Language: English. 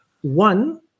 One